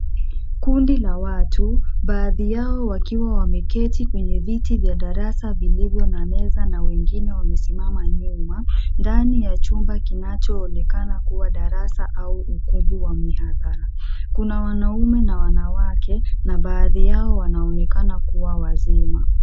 Kundi la watu baadhi yao wakiwa wameketi kwenye viti vya darasa vilivyo na meza na wengine wamesimama nyuma ndani ya chumba kinachoonekana kuwa darasa au ukumbi wa mihandhara. Kuna wanaume na wanawake na baadhi yao wanaonekana kuwa wazima.